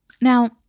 Now